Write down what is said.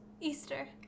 Easter